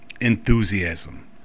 Enthusiasm